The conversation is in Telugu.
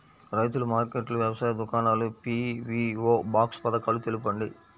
రైతుల మార్కెట్లు, వ్యవసాయ దుకాణాలు, పీ.వీ.ఓ బాక్స్ పథకాలు తెలుపండి?